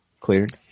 cleared